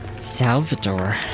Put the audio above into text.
Salvador